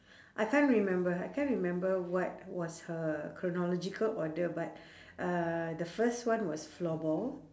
I can't remember I can't remember what was her chronological order but uh the first one was floorball